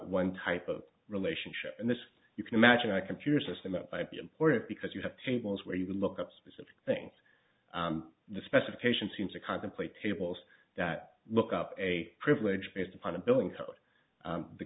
one type of relationship and this you can imagine a computer system that type important because you have tables where you can look up specific things the specifications seem to contemplate tables that look up a privilege based upon a building